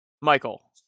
Michael